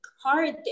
hard